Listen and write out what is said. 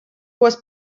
was